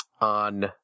on